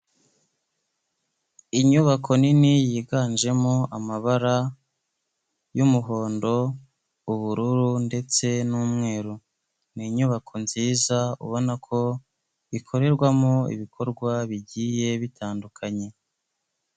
Inyubako nini yiganjemo amabara y'umuhondo, ubururu ndetse n'umweru, ni inyubako nziza ubona ko ikorerwamo ibikorwa bigiye bitandukanye.